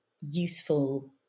useful